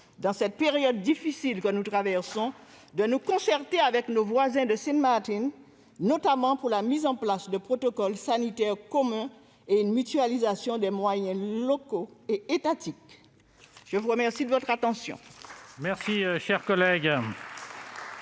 dans cette période difficile que nous traversons, de nous concerter avec nos voisins de Sint Maarten, notamment pour la mise en place de protocoles sanitaires communs et d'une mutualisation des moyens locaux et étatiques. La parole est à M. le ministre.